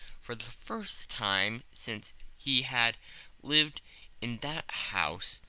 for the first time since he had lived in that house,